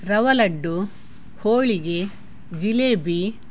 ರವಾ laddu holige jalebi